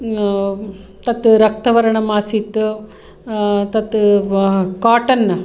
तत् रक्तवर्णम् आसीत् तत् काटन्